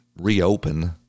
reopen